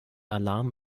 alarm